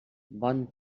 bon